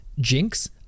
Jinx